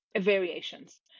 variations